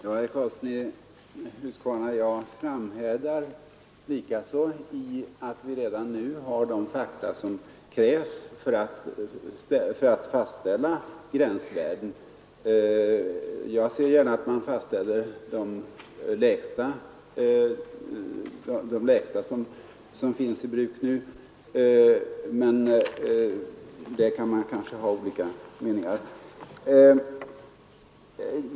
Herr talman! Jag framhärdar, herr Karlsson i Huskvarna, i att vi redan nu har de fakta som krävs för att fastställa gränsvärden. Jag ser gärna att man fastställer de lägsta värden som nu finns i tillämpning, men där kan det kanske finnas olika meningar.